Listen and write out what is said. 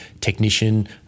technician